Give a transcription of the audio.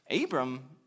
Abram